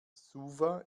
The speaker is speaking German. suva